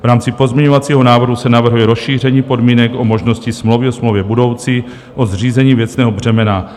V rámci pozměňovacího návrhu se navrhuje rozšíření podmínek o možnosti smlouvy o smlouvě budoucí, o zřízení věcného břemena.